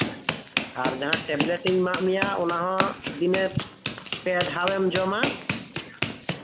ᱟᱨ ᱡᱟᱦᱟᱸ ᱴᱮᱵᱞᱮᱴᱤᱧ ᱮᱢᱟᱜ ᱢᱮᱭᱟ ᱚᱱᱟ ᱦᱚᱸ ᱫᱤᱱᱮ ᱯᱮ ᱫᱷᱟᱣᱮᱢ ᱡᱚᱢᱟ